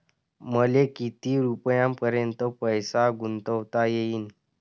मले किती रुपयापर्यंत पैसा गुंतवता येईन?